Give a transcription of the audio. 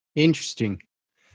interesting.